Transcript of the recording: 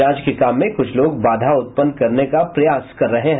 जांच के काम में कुछ लोग बाधा उत्पन्न करने का प्रयास कर रहे हैं